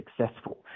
successful